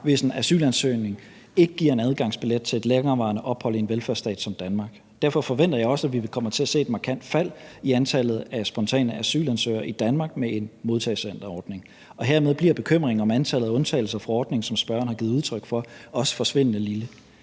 hvis en asylansøgning ikke giver en adgangsbillet til et længerevarende ophold i en velfærdsstat som Danmark. Derfor forventer jeg også, at vi kommer til at se et markant fald i antallet af spontane asylansøgere i Danmark med en modtagecenterordning. Hermed bliver bekymringen om antallet af undtagelser til ordningen, som spørgeren har givet udtryk for, også forsvindende lille.